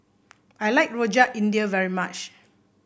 I like Rojak India very much